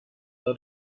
that